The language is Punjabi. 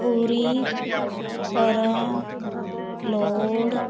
ਪੂਰੀ ਤਰ੍ਹਾਂ ਲੋੜ